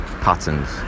patterns